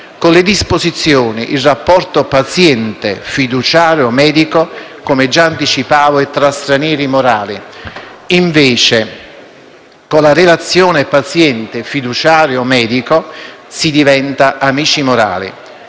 Con le disposizioni il rapporto paziente-fiduciario-medico, come già anticipavo, è tra stranieri morali; invece, con la relazione, paziente-fiduciario-medico diventano amici morali.